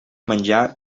menjar